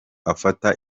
afata